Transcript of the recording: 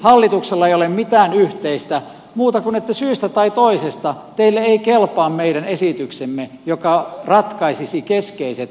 hallituksella ei ole mitään yhteistä muuta kuin että syystä tai toisesta teille ei kelpaa meidän esityksemme joka ratkaisisi keskeiset terveysongelmat